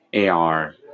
AR